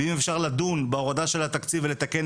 ואם אפשר לדון בהורדה של התקציב ולתקן